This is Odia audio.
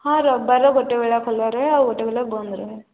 ହଁ ରବିବାରର ଗୋଟେ ବେଳା ଖୋଲା ରହେ ଆଉ ଗୋଟେ ବେଳା ବନ୍ଦ ରହେ